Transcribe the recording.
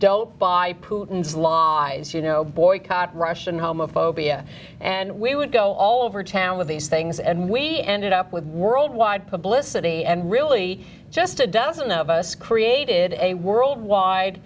putin's lives you know boycott russian homophobia and we would go all over town with these things and we ended up with worldwide publicity and really just a dozen of us created a worldwide